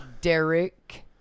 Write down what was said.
Derek